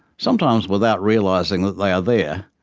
sometimes without realising that they are there.